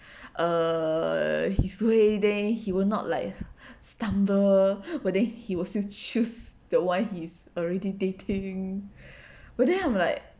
err his sway he will not like stumble but then he will still choose the one he's already dating but then I'm like